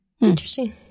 Interesting